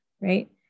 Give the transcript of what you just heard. right